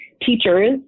teachers